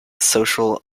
social